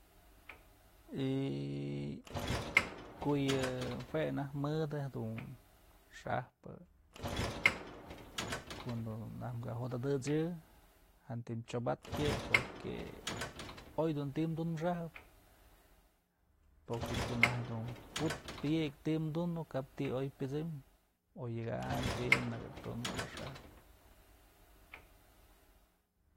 ko'o yë jue najk mëdë jedun xa'ajpë ko'on dun najk kë jo'ot adëchë jantëm chyobatpë yë porque oy dun ti'i dun xajëp porque ko'o dun najtyë dun pu'ut pyëkyë ti'i dunëp kap ti'i oy pyësëm odyëkam ti'i nëkë tun nakë xajëp.